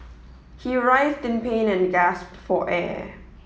he write in pain and gasp for air